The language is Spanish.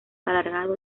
alargado